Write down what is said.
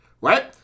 right